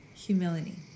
humility